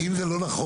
כי אם זה לא נכון,